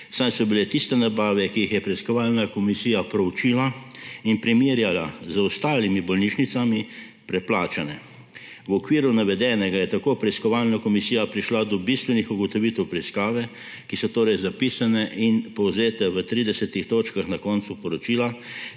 saj so bile tiste nabave, ki jih je preiskovalna komisija proučila in primerjala z ostalimi bolnišnicami, preplačane. V okviru navedenega je tako preiskovalna komisija prišla do bistvenih ugotovitev preiskave, ki so torej zapisane in povzete v 30-ih točkah na koncu poročila